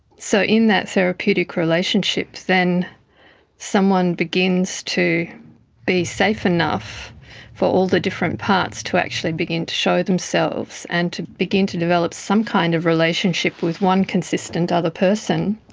so in that therapeutic relationship then someone begins to be safe enough for all the different parts to actually begin to show themselves and to begin to develop some kind of relationship with one consistent other person,